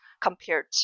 compared